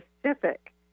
specific